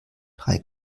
drei